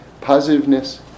positiveness